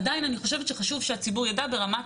עדיין אני חושבת שחשוב שהציבור יידע ברמת